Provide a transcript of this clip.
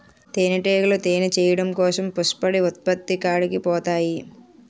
తేనిటీగలు తేనె చేయడం కోసం పుప్పొడి ఉత్పత్తి కాడికి పోతాయి